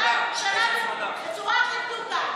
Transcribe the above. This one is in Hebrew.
שלנו בצורה הכי פשוטה.